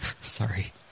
sorry